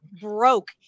broke